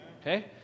Okay